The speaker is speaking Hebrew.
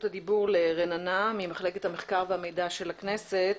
הדיבור לרננה ממחלקת המחקר והמידע של הכנסת.